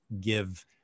give